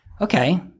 Okay